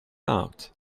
out